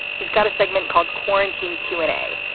he's got a segment called quarantine q and a,